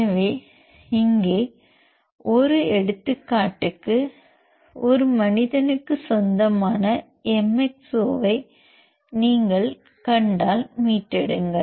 எனவே இங்கே ஒரு எடுத்துக்காட்டுக்கு மனிதனுக்கு சொந்தமான MXO ஐ நீங்கள் கண்டால் மீட்டெடுங்கள்